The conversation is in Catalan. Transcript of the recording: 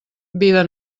vida